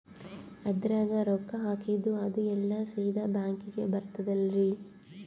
ಅದ್ರಗ ರೊಕ್ಕ ಹಾಕಿದ್ದು ಅದು ಎಲ್ಲಾ ಸೀದಾ ಬ್ಯಾಂಕಿಗಿ ಬರ್ತದಲ್ರಿ?